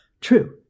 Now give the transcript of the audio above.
true